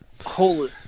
Holy